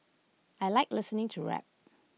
I Like listening to rap